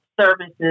services